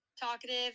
talkative